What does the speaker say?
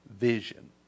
vision